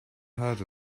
heard